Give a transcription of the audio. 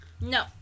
No